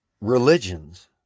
religions